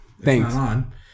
thanks